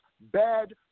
bad